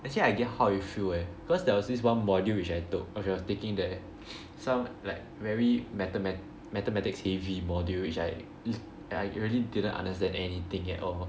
actually I get how you feel eh because there was this one module which I took when I was taking the some like very mathematic mathematics heavy module which I I really didn't understand anything at all